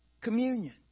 Communion